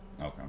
Okay